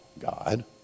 God